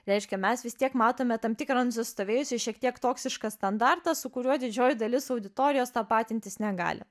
reiškia mes vis tiek matome tam tikrą nusistovėjusią šiek tiek toksišką standartą su kuriuo didžioji dalis auditorijos tapatintis negali